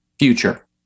future